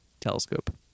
Telescope